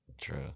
true